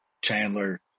Chandler